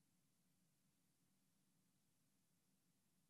מס ולהכניס